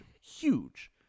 huge